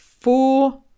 four